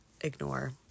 ignore